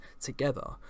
together